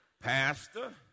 Pastor